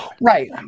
right